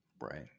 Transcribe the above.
Right